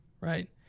Right